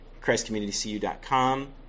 Christcommunitycu.com